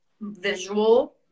visual